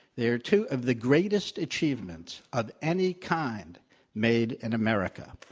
they are two of the greatest achievements of any kind made in america.